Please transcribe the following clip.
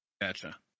Gotcha